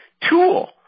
tool